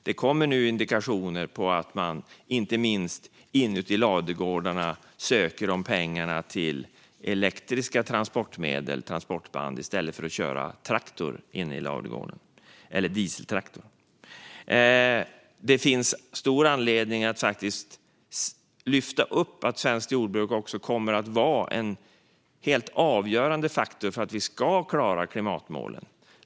Det kommer indikationer på att man söker de pengarna för att installera elektriska transportmedel inte minst inuti ladugårdarna i stället för att köra dieseltraktor inne i ladugårdarna. Det finns stor anledning att lyfta upp att svenskt jordbruk kommer att vara en helt avgörande faktor för att vi ska klara klimatmålen.